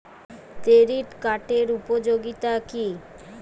Credit কার্ডের উপযোগিতা কি?